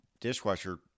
dishwasher